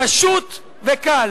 פשוט וקל.